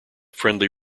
friendly